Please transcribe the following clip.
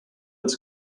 its